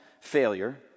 failure